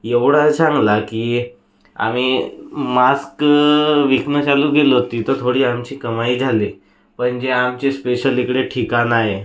एवढा चांगला की आम्ही मास्क विकणं चालू केलं होतं तर थोडी आमची कमाई झाली पण जे आमचे स्पेशल इकडे ठिकाण आहे